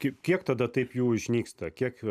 kiek kiek tada taip jų išnyksta kiek